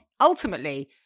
Ultimately